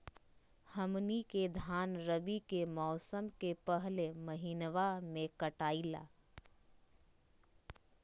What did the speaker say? हमनी के धान रवि के मौसम के पहले महिनवा में कटाई ला